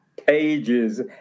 pages